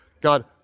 God